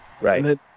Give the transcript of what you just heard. Right